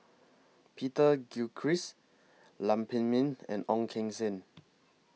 Peter Gilchrist Lam Pin Min and Ong Keng Sen